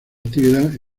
actividad